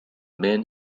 men